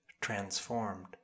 transformed